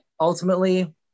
ultimately